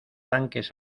tanques